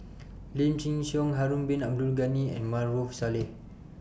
Lim Chin Siong Harun Bin Abdul Ghani and Maarof Salleh